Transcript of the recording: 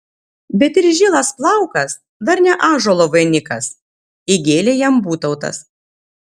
bet ir žilas plaukas dar ne ąžuolo vainikas įgėlė jam būtautas